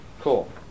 cool